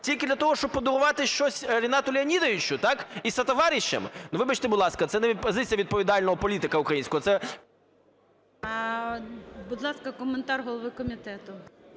Тільки для того, щоб подарувати щось Рінату Леонідовичу, так, і сотоварищам? Ну, вибачте, будь ласка, це не позиція відповідального політика українського, це… ГОЛОВУЮЧИЙ. Будь ласка, коментар голови комітету.